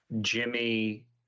Jimmy